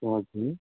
हजुर